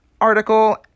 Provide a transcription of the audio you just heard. article